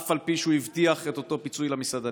אף על פי שהוא הבטיח את אותו פיצוי למסעדנים.